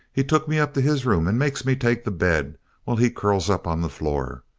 he took me up to his room and makes me take the bed while he curls up on the floor.